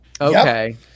Okay